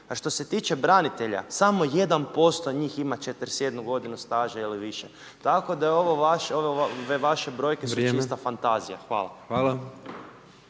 A što se tiče branitelja, samo 1% njih ima 41 godinu staža ili više. Tako da ove vaše brojke su čista fantazija. Hvala.